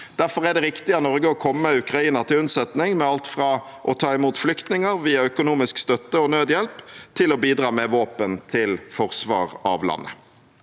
Derfor er det riktig av Norge å komme Ukraina til unnsetning, med alt fra å ta imot flyktninger, via økonomisk støtte og nødhjelp til å bidra med våpen til forsvar av landet.